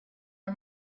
her